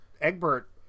Egbert